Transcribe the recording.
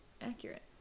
accurate